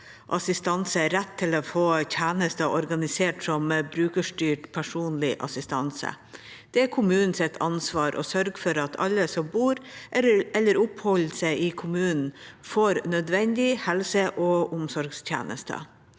rett til å få slike tjenester organisert som brukerstyrt personlig assistanse. Det er kommunens ansvar å sørge for at alle som bor eller oppholder seg i kommunen, får nødvendige helseog omsorgstjenester.